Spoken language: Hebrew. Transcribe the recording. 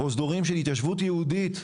פרוזדורים של התיישבות יהודית.